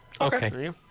Okay